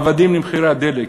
עבדים למחירי הדלק.